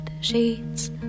sheets